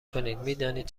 کنین، میدانید